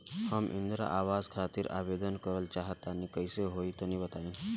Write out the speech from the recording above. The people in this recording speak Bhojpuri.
हम इंद्रा आवास खातिर आवेदन करल चाह तनि कइसे होई तनि बताई?